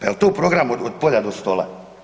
Jel to u programu Od polja do stola?